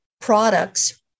products